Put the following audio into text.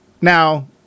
Now